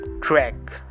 track